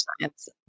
science